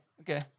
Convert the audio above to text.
okay